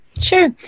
Sure